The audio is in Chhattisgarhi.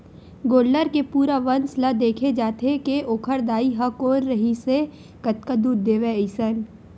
गोल्लर के पूरा वंस ल देखे जाथे के ओखर दाई ह कोन रिहिसए कतका दूद देवय अइसन